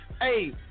Hey